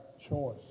choice